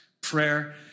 prayer